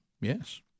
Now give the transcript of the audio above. Yes